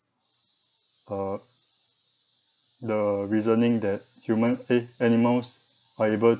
uh the reasoning that human eh animals are able